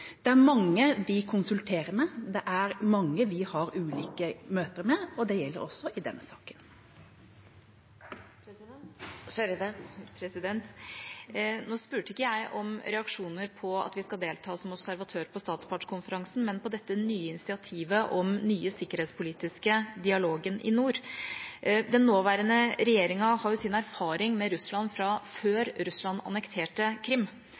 Det er mange vi konsulterer med, det er mange vi har ulike møter med, og det gjelder også i denne saken. Ine Eriksen Søreide – til oppfølgingsspørsmål. Nå spurte jeg ikke om reaksjoner på at vi skal delta som observatør på statspartskonferansen, men på dette nye initiativet om den nye sikkerhetspolitiske dialogen i nord. Den nåværende regjeringa har jo sin erfaring med Russland fra før Russland annekterte Krim.